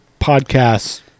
podcasts